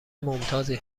ممتازی